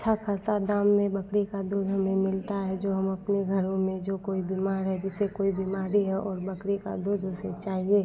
अच्छा खासा दाम में बकरी का दूध हमें मिलता है जो हम अपने घरों में जो कोई बीमार है जिसे कोई बीमारी है और बकरी का दूध उसे चाहिए